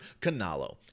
canalo